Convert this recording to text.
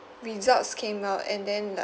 results came out and then like